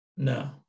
No